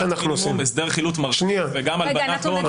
הסדר חילוט וגם הלבנת הון.